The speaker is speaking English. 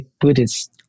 Buddhists